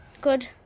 Good